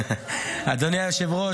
אדוני היושב-ראש,